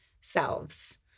selves